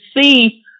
see